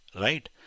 right